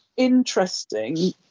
Interesting